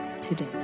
today